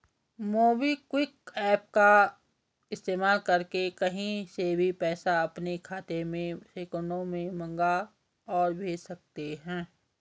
MobiKwik app का इस्तेमाल करके कहीं से भी पैसा अपने खाते में सेकंडों में मंगा और भेज सकते हैं